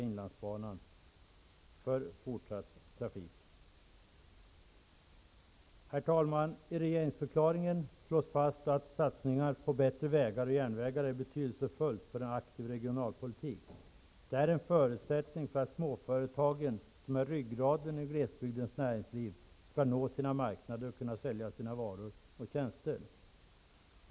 I regeringsförklaringen slås fast att satsningar på bättre vägar och järnvägar är betydelsefulla för en aktiv regionalpolitik. De är en förutsättning för att småföretagen, som är ryggraden i glesbygdens näringsliv, skall nå sina marknader och kunna sälja sina varor och tjänster.